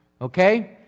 okay